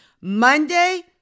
Monday